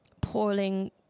pouring